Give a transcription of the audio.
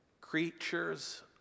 creatures